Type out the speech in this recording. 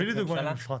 תביא לי דוגמה למפרט.